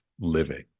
living